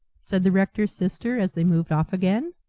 said the rector's sister, as they moved off again,